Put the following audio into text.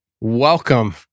Welcome